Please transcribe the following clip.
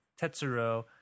Tetsuro